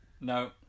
No